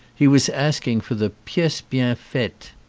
he was asking for the piece bien faite,